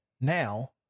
now